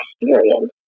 experience